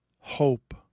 hope